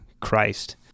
Christ